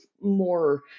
more